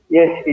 Yes